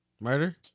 Murder